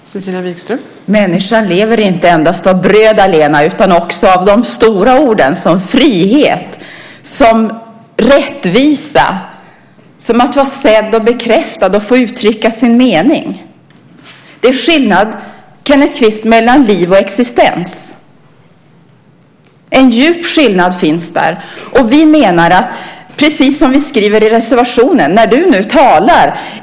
Fru talman! Människan lever inte av bröd allena utan också av de stora orden som frihet, rättvisa, att vara sedd och bekräftad samt att få uttrycka sin mening. Det är en djup skillnad, Kenneth Kvist, mellan liv och existens. Vi menar precis vad vi skriver i reservationen.